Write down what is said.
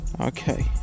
Okay